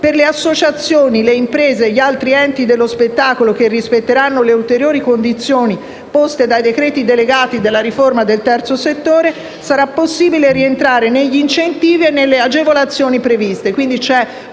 le associazioni, le imprese e gli altri enti dello spettacolo che rispetteranno le ulteriori condizioni poste dai decreti delegati della riforma del terzo settore, sarà possibile per loro rientrare negli incentivi e nelle agevolazioni previste.